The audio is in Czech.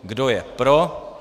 Kdo je pro?